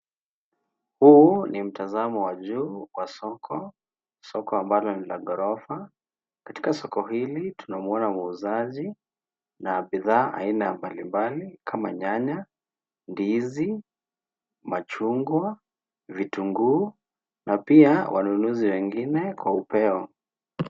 Huu ni mtazamo wa juu wa soko, soko ambalo ni la ghorofa. Katika soko hili tunamwona muuzaji na bidhaa aina mbalimbali kama nyanya, ndizi, machungwa, vitunguu na pia wanunuzi wengine kwa upeo.